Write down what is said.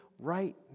Right